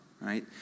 right